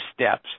steps